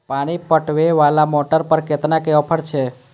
पानी पटवेवाला मोटर पर केतना के ऑफर छे?